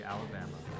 Alabama